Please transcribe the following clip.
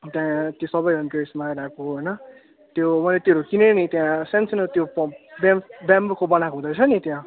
त्यहाँ सबैजना ड्रेसमा आइरहेको होइन त्यो मैले त्योहरू किनेँ नि त्यहाँ सान सानो त्यो ब्याम् ब्याम्बोको बनाएको हुँदोरहेछ नि त्यहाँ